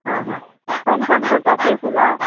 आ हा कन्फर्म करपाचें फुलां